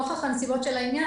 נוכח הנסיבות של העניין,